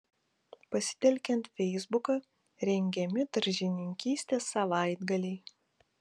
pasitelkiant feisbuką rengiami daržininkystės savaitgaliai